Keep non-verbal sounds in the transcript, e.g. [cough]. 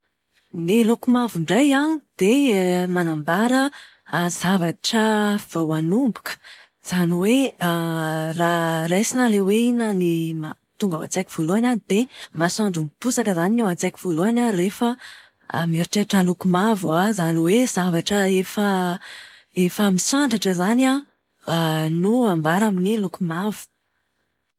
Ny loko mavo indray an, dia [hesitation] manambara zavatra vao hanomboka. Izany hoe [hesitation] raha raisina ilay hoe inona ny tonga ao an-tsaiko voalohany dia masoandro miposaka izany ny ao an-tsaiko voalohany rehefa mieritreritra loko mavo aho. Izany hoe zavatra efa efa misandratra izany an, [hesitation] no ambara amin'ny loko mavo.